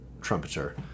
trumpeter